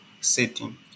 setting